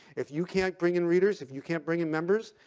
if you can't bring in readers, if you can't bring in members,